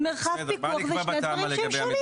מרחב פיקוח זה שני דברים שונים.